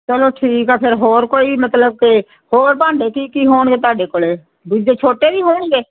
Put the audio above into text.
ਚਲੋ ਠੀਕ ਆ ਫਿਰ ਹੋਰ ਕੋਈ ਮਤਲਬ ਕਿ ਹੋਰ ਭਾਂਡੇ ਕੀ ਕੀ ਹੋਣਗੇ ਤੁਹਾਡੇ ਕੋਲੇ ਦੂਜੇ ਛੋਟੇ ਵੀ ਹੋਣਗੇ